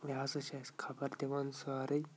یہِ ہَسا چھِ اَسہِ خَبر دِوان سٲرٕے